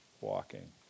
walking